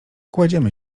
kładziemy